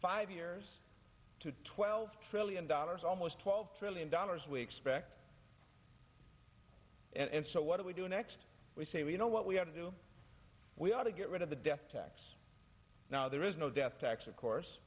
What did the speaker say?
five years to twelve trillion dollars almost twelve trillion dollars we expect and so what do we do next we say we know what we have to do we ought to get rid of the death tax now there is no death tax of course